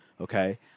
Okay